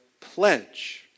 pledge